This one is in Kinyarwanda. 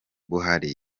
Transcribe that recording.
buhari